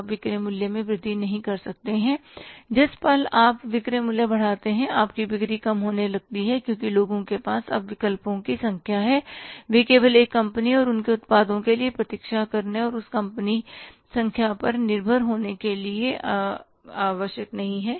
आप विक्रय मूल्य में वृद्धि नहीं कर सकते जिस पल आप विक्रय मूल्य बढ़ाते हैं आपकी बिक्री कम होने लगती है क्योंकि लोगों के पास अब विकल्प की संख्या है वे केवल एक कंपनी और उनके उत्पादों के लिए प्रतीक्षा करने और उस कंपनी संख्या पर निर्भर होने के लिए आवश्यक नहीं हैं